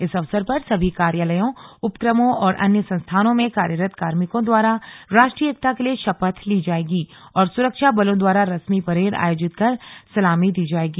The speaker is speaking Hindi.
इस अवसर पर सभी कार्यालयों उपक्रमों और अन्य संस्थानों में कार्यरत कार्मिकों द्वारा राष्ट्रीय एकता के लिए शपथ ली जाएगी और सुरक्षा बलों द्वारा रस्मी परेड आयोजित कर सलामी दी जाएगी